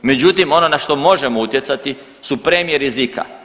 Međutim, ono na što možemo utjecati su premije rizika.